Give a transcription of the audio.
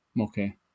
okay